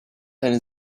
eine